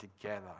together